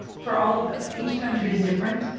for all of them. each country is different.